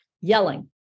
yelling